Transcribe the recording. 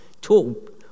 talk